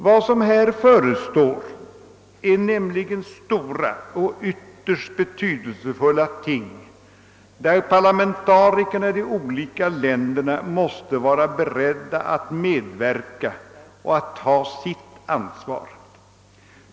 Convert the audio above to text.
Vad som förestår är nämligen stora och ytterst betydelsefulla överläggningar, där pårlamentarikerna i de olika länderna måste vara beredda att medverka och att ta sitt ansvar.